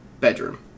bedroom